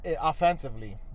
offensively